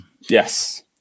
Yes